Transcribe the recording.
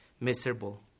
miserable